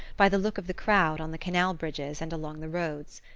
by the look of the crowd on the canal bridges and along the roads.